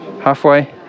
Halfway